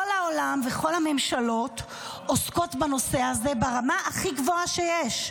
כל העולם וכל הממשלות עוסקות בנושא הזה ברמה הכי גבוהה שיש,